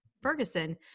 Ferguson